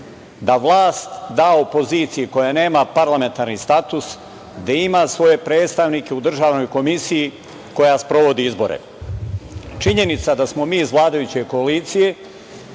da vlast da opoziciji koja nema parlamentarni status da ima svoje predstavnike u državnoj komisiji koja sprovodi izbore. Činjenica da smo mi iz vladajuće koalicije,